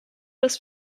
das